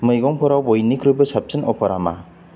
मैगंफोराव बयनिख्रुइबो साबसिन अफारा मा